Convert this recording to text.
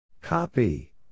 Copy